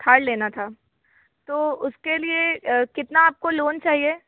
थार लेना था तो उसके लिए कितना आपको लोन चाहिए